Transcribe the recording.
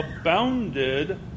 abounded